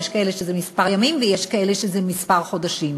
יש כאלה שלהם זה כמה ימים ויש כאלה שלהם זה כמה חודשים.